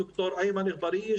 ד"ר איימן אגבאריה,